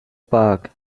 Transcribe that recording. park